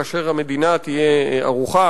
כאשר המדינה תהיה ערוכה,